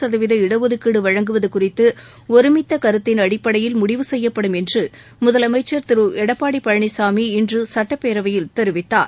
சதவீத இடஒதுக்கீடு வழங்குவது குறித்து ஒருமித்த கருத்தின் அடிப்படையில் முடிவு செய்யப்படும் என்று முதலமைச்சர் திரு எடப்பாடி பழனிசாமி இன்று சுட்டப்பேரவையில் தெரிவித்தார்